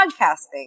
podcasting